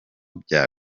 bya